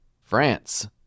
France